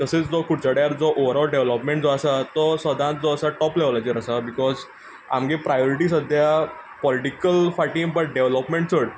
तशेंच जो कुडचड्यार जो ओवरोल जो डेवलोपमेंट जो आसा तो सदांच असो टोप लेवलाटेर आसा बिकोज आमगे प्रायरिटी सद्याक पोलिटीकल फाटीं बट डेवलोपमेंट चड